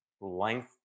length